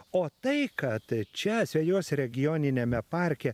o tai kad čia asvejos regioniniame parke